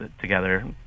together